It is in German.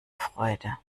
freude